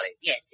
Yes